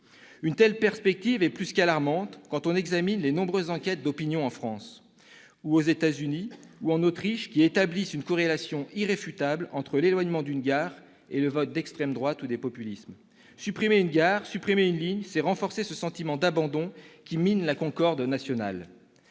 Une telle perspective est plus qu'alarmante quand on examine les nombreuses enquêtes d'opinion en France, aux États-Unis ou en Autriche, qui établissent une corrélation irréfutable entre l'éloignement d'une gare et le vote en faveur de l'extrême droite ou des populistes. Supprimer une gare, supprimer une ligne, c'est renforcer ce sentiment d'abandon qui mine la concorde nationale.